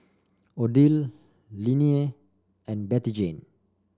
Odile Linnea and Bettyjane